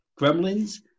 Gremlins